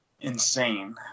insane